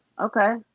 okay